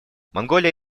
монголия